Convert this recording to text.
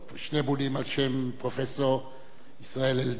שני בולים על-שם פרופסור ישראל אלדד,